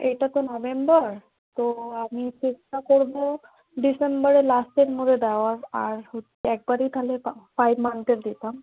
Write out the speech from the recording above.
এটা তো নভেম্বর তো আমি চেষ্টা করবো ডিসেম্বরে লাস্টের মধ্যে দেওয়ার আর হচ্ছে একবারেই তাহলে ফাইভ মান্থের দিতাম